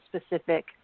specific